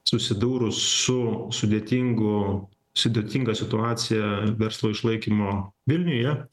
susidūrus su sudėtingu sudėtinga situacija verslo išlaikymo vilniuje